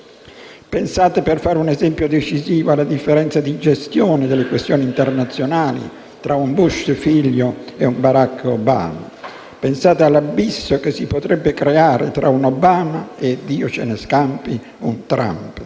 Pensate, per fare un esempio decisivo, alla differenza di gestione delle questioni internazionali tra un George Bush e un Barack Obama, pensate all'abisso che si potrebbe creare tra un Obama e, Dio ce me scampi, un Trump.